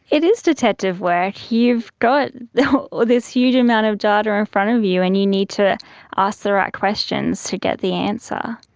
it is detective work. you've got this huge amount of data in front of you and you need to ask the right questions to get the answer.